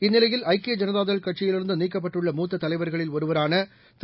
இந்நிலையில் ஐக்கிய ஐனதாதள் கட்சியிலிருந்துநீக்கப்பட்டுள்ள மூத்ததலைவர்களில் ஒருவரானதிரு